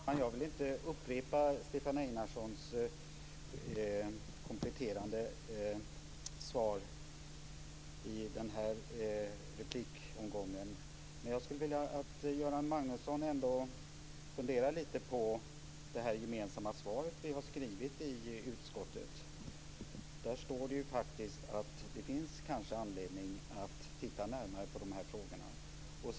Fru talman! Jag vill inte upprepa Mats Einarssons kompletterande svar i denna replikomgång. Jag skulle ändå vilja att Göran Magnusson funderar lite på det gemensamma svar vi har skrivit i utskottet. Där står det faktiskt att det kanske finns anledning att titta närmare på dessa frågor.